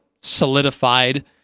solidified